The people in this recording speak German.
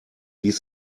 ließ